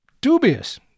dubious